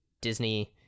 disney